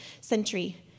century